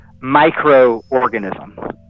microorganism